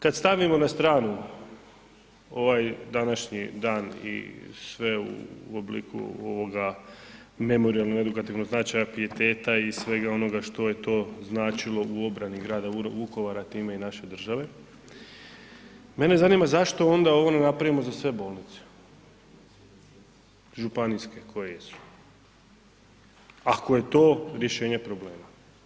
Kada stavimo na stranu ovaj današnji dan i sve u obliku ovoga memorijalno edukativnog značaja, pijeteta i svega onoga što je to značilo u obrani grada Vukovara, a time i naše države, mene zanima zašto onda ovo ne napravimo za sve bolnice županijske koje su, ako je to rješenje problema?